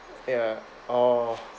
ya oh